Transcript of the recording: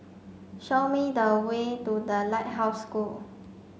show me the way to The Lighthouse School